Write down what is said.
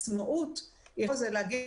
העצמאות --- להגיע